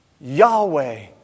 Yahweh